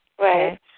Right